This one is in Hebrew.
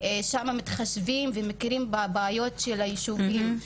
שם מתחשבים ומכירים בבעיות של הישובים.